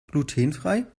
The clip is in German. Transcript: glutenfrei